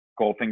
Goldfinger